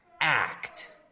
act